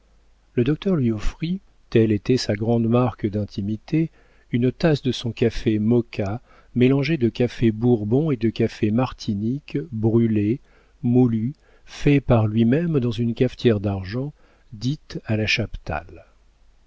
le docteur lui offrit telle était sa grande marque d'intimité une tasse de son café moka mélangé de café bourbon et de café martinique brûlé moulu fait par lui-même dans une cafetière d'argent dite à la